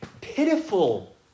pitiful